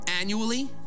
Annually